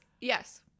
yes